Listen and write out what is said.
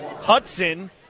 Hudson